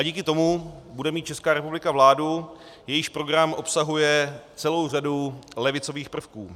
Díky tomu bude mít Česká republika vládu, jejíž program obsahuje celou řadu levicových prvků.